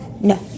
No